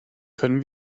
können